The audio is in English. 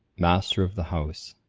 master of the house.